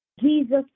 Jesus